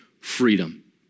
freedom